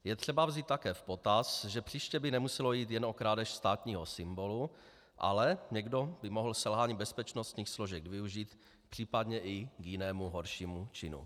Je třeba vzít také v potaz, že příště by nemuselo jít jen o krádež státního symbolu, ale někdo by mohl selhání bezpečnostních složek využít případně i k jinému, horšímu činu.